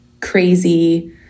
crazy